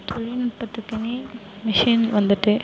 தொழில்நுட்பத்துக்குனே machine வந்துட்டு